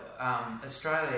Australia